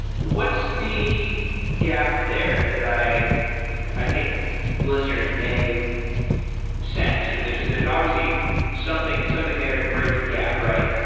what's the gap there that i i think listeners may sense? you know there's there's obviously something something there to bridge the gap, right?